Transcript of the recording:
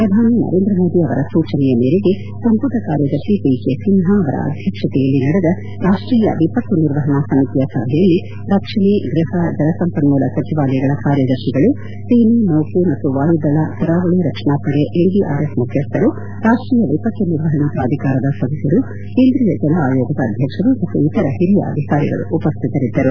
ಪ್ರಧಾನಿ ನರೇಂದ್ರ ಮೋದಿ ಅವರ ಸೂಚನೆಯ ಮೇರೆಗೆ ಸಂಪುಟ ಕಾರ್ಯದರ್ಶಿ ಪಿ ಕೆ ಸಿನ್ಹಾ ಅವರ ಅಧ್ಯಕ್ಷತೆಯಲ್ಲಿ ನಡೆದ ರಾಷ್ಷೀಯ ವಿಪತ್ತು ನಿರ್ವಹಣಾ ಸಮಿತಿಯ ಸಭೆಯಲ್ಲಿ ರಕ್ಷಣೆ ಗೃಹ ಜಲ ಸಂಪನ್ಮೂಲ ಸಚಿವಾಲಯಗಳ ಕಾರ್ಯದರ್ತಿಗಳು ಸೇನೆ ನೌಕೆ ಮತ್ತು ವಾಯುದಳ ಕರಾವಳಿ ರಕ್ಷಣಾ ಪಡೆ ಎನ್ ಡಿ ಆರ್ ಎಫ್ ಮುಖ್ಯಸ್ಥರು ರಾಷ್ಟೀಯ ವಿಪತ್ತು ನಿರ್ವಹಣಾ ಪ್ರಾಧಿಕಾರದ ಸದಸ್ಕರು ಕೇಂದ್ರೀಯ ಜಲ ಆಯೋಗದ ಅಧ್ಯಕ್ಷರು ಮತ್ತು ಇತರ ಹಿರಿಯ ಅಧಿಕಾರಿಗಳು ಉಪಶ್ಯಿತರಿದ್ದರು